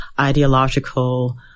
ideological